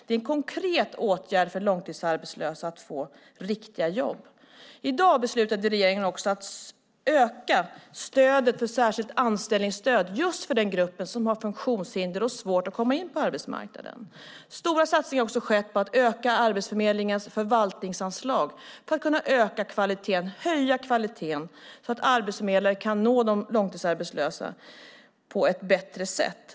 Det är en konkret åtgärd för långtidsarbetslösa för att få riktiga jobb. I dag beslutade regeringen också att öka stödet för särskilt anställningsstöd just för den gruppen som har funktionshinder och svårt att komma in på arbetsmarknaden. Stora satsningar har också gjorts på att öka Arbetsförmedlingens förvaltningsanslag för att kunna höja kvaliteten så att arbetsförmedlare kan nå de långtidsarbetslösa på ett bättre sätt.